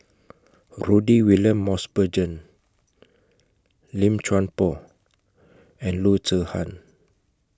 Rudy William Mosbergen Lim Chuan Poh and Loo Zihan